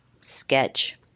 Sketch